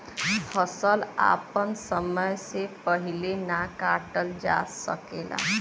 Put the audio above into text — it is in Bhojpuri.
फसल आपन समय से पहिले ना काटल जा सकेला